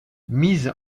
mise